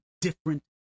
different